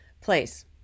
place